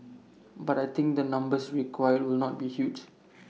but I think the numbers required will not be huge